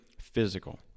physical